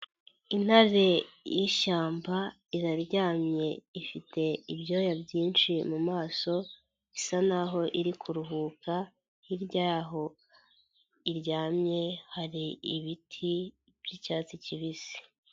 Intare y'ishyamba iraryamye ifite ibyuya byinshi mumaso, isa n'aho iri kuruhuka hirya y'aho iryamye hari ibiti by'icyatsi kibisi.